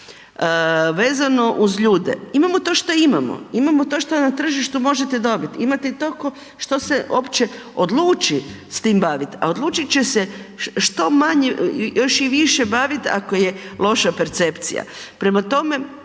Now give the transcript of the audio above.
Vezano uz ljude, imamo to što imamo, imamo to što na tržištu možete dobit, imate i tolko što se uopće odluči s tim bavit, a odlučit će se što manje, još i više bavit ako je loša percepcija. Prema tome,